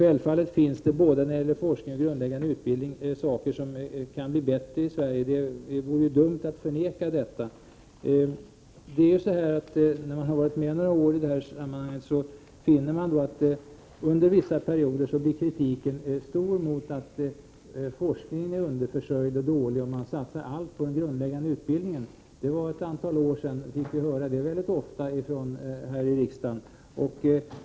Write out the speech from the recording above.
Självfallet finns det när det gäller forskning och grundläggande utbildning i Sverige sådant som kan bli bättre. Det vore dumt att förneka detta. När man varit med några år i sammanhanget finner man att kritiken under vissa perioder kan växa sig stark mot att forskningen är underförsörjd och dålig och mot att allt satsas på den grundläggande utbildningen. För ett antal år sedan fick vi höra det mycket ofta här i riksdagen.